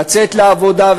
לצאת לעבודה,